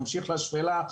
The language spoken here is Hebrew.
ממשיך לשפלה,